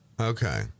Okay